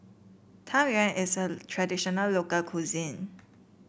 Tang Yuen is a traditional local cuisine